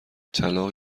طلاق